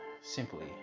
simply